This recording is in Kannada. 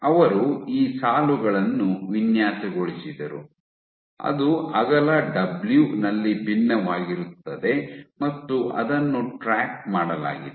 ಅವರು ಈ ಸಾಲುಗಳನ್ನು ವಿನ್ಯಾಸಗೊಳಿಸಿದರು ಅದು ಅಗಲ ಡಬ್ಲ್ಯೂ ನಲ್ಲಿ ಭಿನ್ನವಾಗಿರುತ್ತದೆ ಮತ್ತು ಅದನ್ನು ಟ್ರ್ಯಾಕ್ ಮಾಡಲಾಗಿದೆ